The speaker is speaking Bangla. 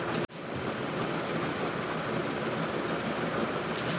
নারকেল, সোয়াবিন এবং বাদাম ফল থেকে তৈরি দুধের বাজারজাত প্রক্রিয়াকরণে কি আপনি রাজি?